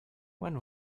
when